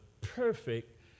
perfect